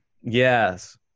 Yes